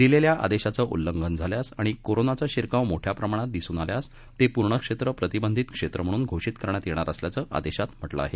दिलेल्या आदेशाच उल्लंघन झाल्यास आणि कोरोनाचा शिरकाव मोठया प्रमाणात दिसून आल्यास ते पूर्ण क्षेत्र प्रतिबंधित क्षेत्र म्हणून घोषित करण्यात येणार असल्याचं आदेशात म्हटलं आहे